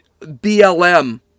BLM